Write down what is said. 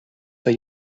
the